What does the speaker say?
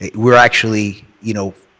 we are actually, you know,